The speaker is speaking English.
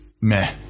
meh